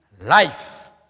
life